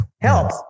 help